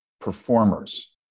performers